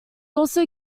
also